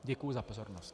Děkuji za pozornost.